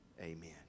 Amen